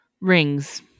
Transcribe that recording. Rings